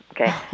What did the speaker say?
Okay